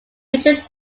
richard